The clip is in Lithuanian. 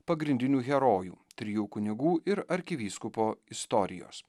pagrindinių herojų trijų kunigų ir arkivyskupo istorijos